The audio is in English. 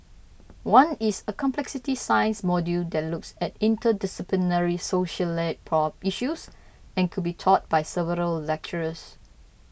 one is a complexity science module that looks at interdisciplinary societal issues and could be taught by several lecturers